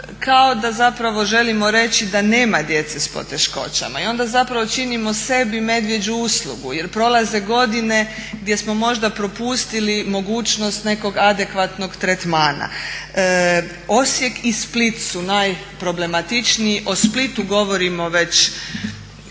kao da želimo reći da nema djece s poteškoćama i onda zapravo činimo sebi medvjeđu uslugu jer prolaze godine gdje smo možda propustili mogućnost nekog adekvatnog tretmana. Osijek i Split su najproblematičniji, o Splitu govorimo već